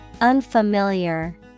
Unfamiliar